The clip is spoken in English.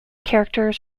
characters